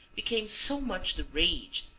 became so much the rage,